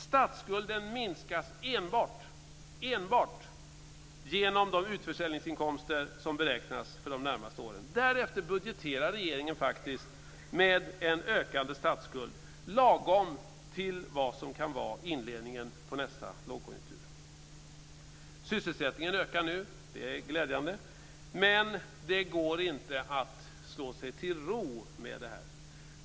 Statsskulden minskas enbart genom de utförsäljningsinkomster som beräknas för de närmaste åren. Därefter budgeterar regeringen faktiskt, med en ökande statsskuld, lagom till vad som kan vara inledningen på nästa lågkonjunktur. Sysselsättningen ökar nu och det är glädjande. Men det går inte att slå sig till ro med det här.